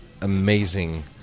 amazing